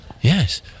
Yes